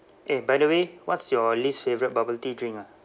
eh by the way what's your least favourite bubble tea drink ah